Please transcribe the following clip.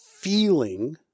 feeling